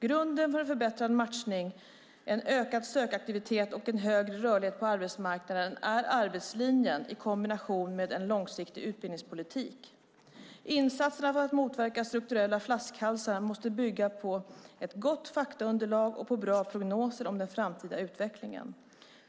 Grunden för en förbättrad matchning, en ökad sökaktivitet och en högre rörlighet på arbetsmarknaden är arbetslinjen i kombination med en långsiktig utbildningspolitik. Insatserna för att motverka strukturella flaskhalsar måste bygga på ett gott faktaunderlag och på bra prognoser om den framtida utvecklingen.